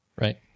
Right